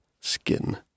skin